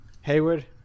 Hayward